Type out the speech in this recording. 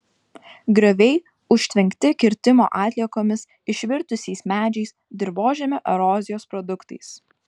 grioviai užtvenkti kirtimo atliekomis išvirtusiais medžiais dirvožemio erozijos produktais